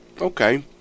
Okay